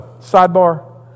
sidebar